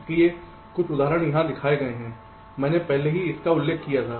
इसलिए कुछ उदाहरण यहां दिखाए गए हैं मैंने पहले भी इसका उल्लेख किया था